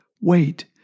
wait